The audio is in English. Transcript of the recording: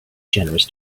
generous